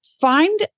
Find